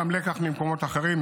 גם לקח ממקומות אחרים,